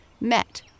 met